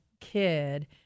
kid